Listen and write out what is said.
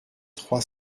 trois